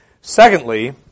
Secondly